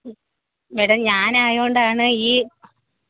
madam ഞാനായത് കൊണ്ടാണ് ഈ